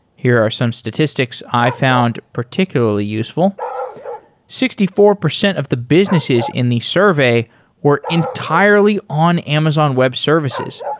here are some statistics i found particularly useful sixty four percent of the businesses in the survey were entirely on amazon web services,